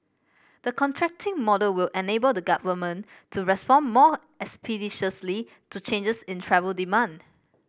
the contracting model will enable the Government to respond more expeditiously to changes in travel demand